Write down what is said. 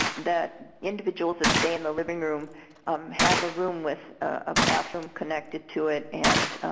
the individuals that stay in the living room um have a room with a bathroom connected to it and